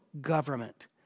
government